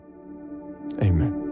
Amen